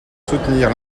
soutenir